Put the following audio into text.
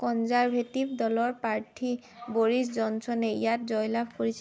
conservative দলৰ প্ৰাৰ্থী Boris জনছনে ইয়াত জয়লাভ কৰিছিল